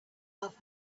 love